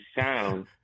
sound